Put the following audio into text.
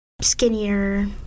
skinnier